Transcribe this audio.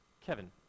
Kevin